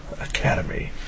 Academy